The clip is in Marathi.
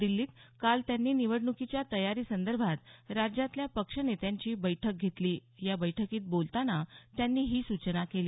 दिल्लीत काल त्यांनी निवडणुकीच्या तयारीसंदर्भात राज्यातल्या पक्ष नेत्यांची बैठक घेतली या बैठकीत बोलतांना त्यांनी ही सूचना केली